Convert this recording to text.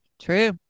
True